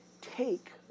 take